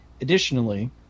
additionally